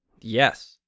Yes